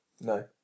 No